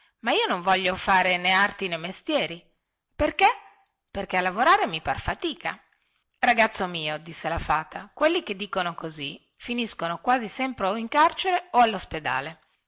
ma io non voglio fare né arti né mestieri perché perché a lavorare mi par fatica ragazzo mio disse la fata quelli che dicono così finiscono quasi sempre o in carcere o allospedale